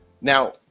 Now